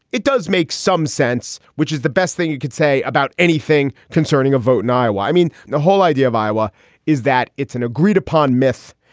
it does make some sense which is the best thing you could say about anything concerning a vote in iowa? i mean, the whole idea of iowa is that it's an agreed upon myth.